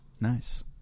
Nice